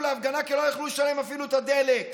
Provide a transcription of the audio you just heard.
להפגנה כי לא יכלו לשלם אפילו על הדלק.